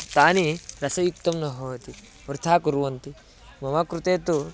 तानि रसयुक्तं न भवति वृथा कुर्वन्ति मम कृते तु